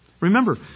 Remember